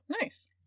nice